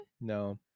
No